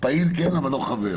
פעיל כן, אבל לא חבר.